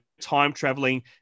time-traveling